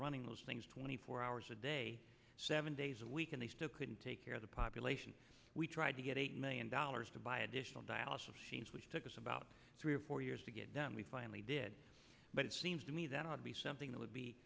running those things twenty four hours a day seven days a week and they still couldn't take care of the population we tried to get eight million dollars to buy additional dialysis machines which took us about three or four years to get done we finally did but it seems to me that it would be something that would be